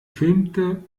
filmte